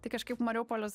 tai kažkaip mariupolis